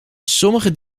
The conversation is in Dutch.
sommige